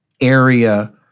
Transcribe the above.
area